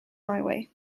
highway